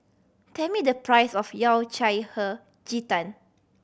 tell me the price of Yao Cai Hei Ji Tang